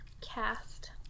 cast